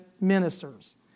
ministers